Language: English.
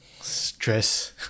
stress